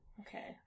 Okay